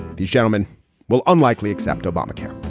these gentlemen will unlikely accept obamacare.